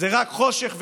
זה רק חושך וחושך,